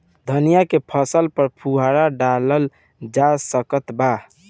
धनिया के फसल पर फुहारा डाला जा सकत बा?